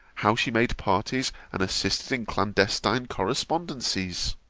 how she made parties, and assisted in clandestine correspondencies.